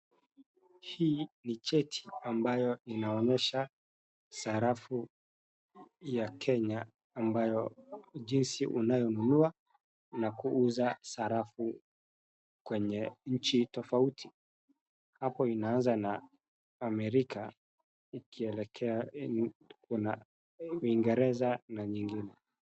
Hii ni cheti ambayo inaonyesha sarafu ya Kenya ambayo jinsi unavyo nunua, na kuuza sarafu kwenye nchi tofauti. Hapo inaanza na Amerika , ikielekea kuna uingereza na nyingine.